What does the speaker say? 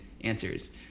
answers